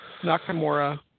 Nakamura